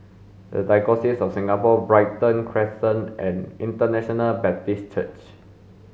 the Diocese of Singapore Brighton Crescent and International Baptist Church